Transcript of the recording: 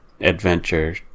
adventure